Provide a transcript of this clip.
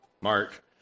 Mark